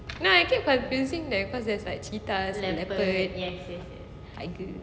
nah I keep confusing the cause there's like cheetah leopard tigers